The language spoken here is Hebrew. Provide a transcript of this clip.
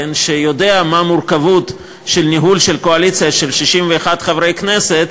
שיודע מה המורכבות של ניהול של קואליציה של 61 חברי כנסת,